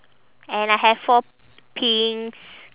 and I have four pinks